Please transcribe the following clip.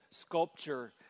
sculpture